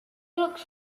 looked